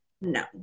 No